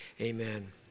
amen